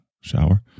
shower